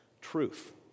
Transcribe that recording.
truth